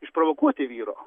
išprovokuoti vyro